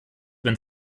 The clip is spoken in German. wenn